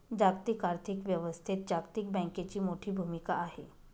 जागतिक आर्थिक व्यवस्थेत जागतिक बँकेची मोठी भूमिका आहे